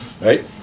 right